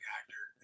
actor